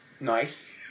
Nice